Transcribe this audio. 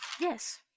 yes